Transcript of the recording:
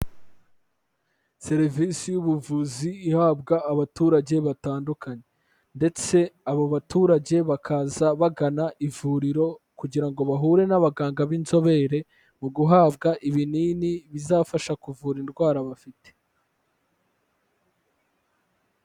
Serivisi y'ubuvuzi ihabwa abaturage batandukanye ndetse abo baturage bakaza bagana ivuriro kugira ngo bahure n'abaganga b'inzobere mu guhabwa ibinini bizafasha kuvura indwara bafite.